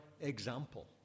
example